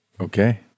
Okay